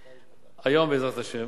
היום, בעזרת השם,